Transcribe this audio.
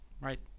right